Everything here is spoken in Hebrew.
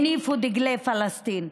הניפו דגלי פלסטין.